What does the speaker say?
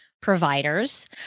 providers